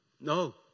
No